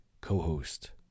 co-host